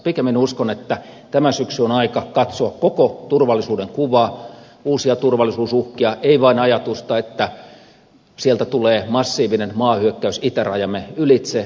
pikemminkin uskon että tänä syksynä on aika katsoa koko turvallisuuden kuva uusia turvallisuusuhkia ettei olisi vain ajatusta että sieltä tulee massiivinen maahyökkäys itärajamme ylitse